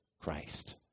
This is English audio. Christ